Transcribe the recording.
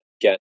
get